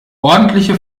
ordentliche